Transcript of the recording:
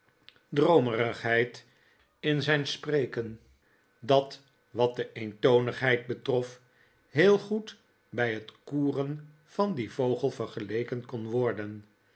droomerigheid in zijn spreken dat wat de eentonigheid betrof heel goed bij het koeren van dien vogel vergeleken kon worden